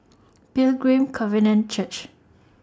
Pilgrim Covenant Church